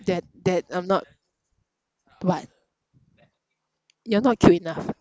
that that I'm not but you're not cute enough